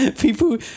People